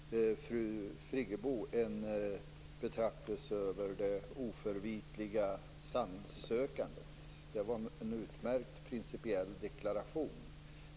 Fru talman! I inledningen av dagens debatt framförde fru Friggebo en betraktelse över ämnet det oförvitliga sanningssökandet. Det var en utmärkt principiell deklaration.